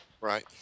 right